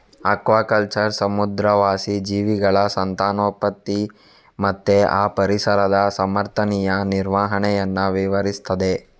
aquaculture ಸಮುದ್ರವಾಸಿ ಜೀವಿಗಳ ಸಂತಾನೋತ್ಪತ್ತಿ ಮತ್ತೆ ಆ ಪರಿಸರದ ಸಮರ್ಥನೀಯ ನಿರ್ವಹಣೆಯನ್ನ ವಿವರಿಸ್ತದೆ